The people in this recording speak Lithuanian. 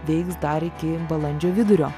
veiks dar iki balandžio vidurio